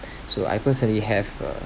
so I personally have uh